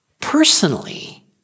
personally